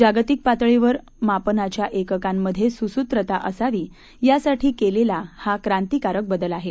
जागतिक पातळीवर मापनाच्या एककांमधे सुसुत्रता असावी यासाठी केलेला हा क्रांतीकारक बदल आहे